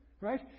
right